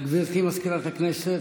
גברתי מזכירת הכנסת,